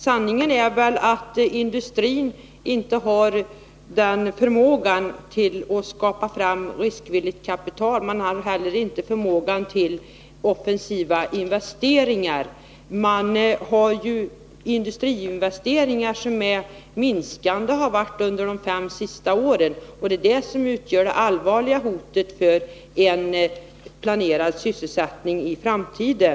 Sanningen är nog att industrin inte har förmåga att få fram riskvilligt kapital. Man har heller inte förmåga att göra offensiva investeringar. Industriinvesteringarna minskar ju och har gjort det under de fem senaste åren. Det utgör det allvarliga hotet för en planerad sysselsättning i framtiden.